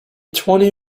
twenty